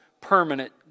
permanent